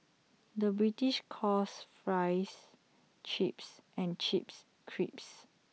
the British calls Fries Chips and Chips Crisps